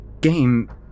game